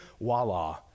voila